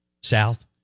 south